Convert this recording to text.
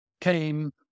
came